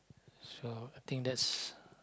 so I think that's